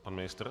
Pan ministr?